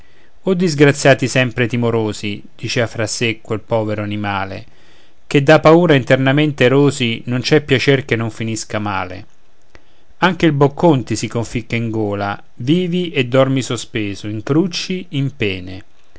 o disgraziati sempre i timorosi dicea fra sé quel povero animale che da paura internamente rosi non c'è piacer che non finisca male anche il boccon ti si conficca in gola vivi e dormi sospeso in crucci in pene